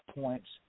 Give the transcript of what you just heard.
points